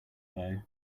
though